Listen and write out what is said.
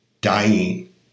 Dying